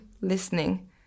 listening